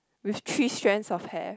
with three strands of hair